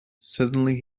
suddenly